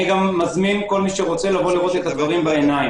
אני גם מזמין כל מי שרוצה לבוא לראות את הדברים בעיניים,